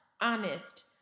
honest